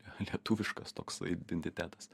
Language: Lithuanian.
lietuviškas toks identitetas